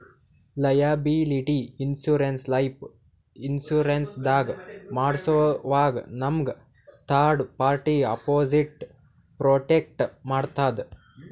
liability insurance life insurance ದಾಗ್ ಮಾಡ್ಸೋವಾಗ್ ನಮ್ಗ್ ಥರ್ಡ್ ಪಾರ್ಟಿ ಅಪೊಸಿಟ್ ಪ್ರೊಟೆಕ್ಟ್ ಮಾಡ್ತದ್